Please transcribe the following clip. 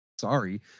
Sorry